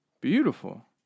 Beautiful